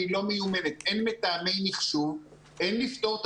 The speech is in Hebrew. היא לא מיומנת מטעמי מחשוב לפתור את